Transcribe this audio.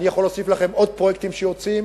אני יכול להוסיף לכם עוד פרויקטים שיוצאים,